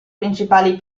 principali